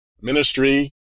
ministry